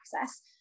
access